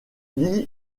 lie